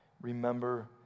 Remember